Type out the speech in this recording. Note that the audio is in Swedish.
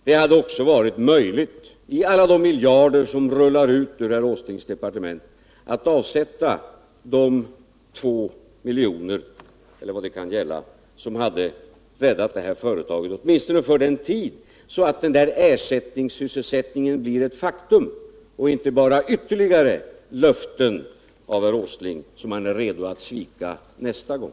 Det hade också varit möjligt att av alla de miljarder som rullar ut ur herr Åslings departement avsätta de ca 2 miljoner som hade kunnat rädda detta företag, åtminstone för en tid, så att den ersättningsindustri herr Åsling talar om blivit ett faktum och inte bara ytterligare ett löfte som herr Åsling är redo att svika nästa gång.